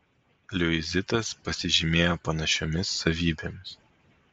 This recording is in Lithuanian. liuizitas pasižymėjo panašiomis savybėmis